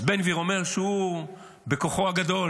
אז בן גביר אומר שהוא, בכוחו הגדול